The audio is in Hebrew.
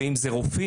ואם זה רופאים,